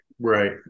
Right